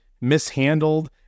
mishandled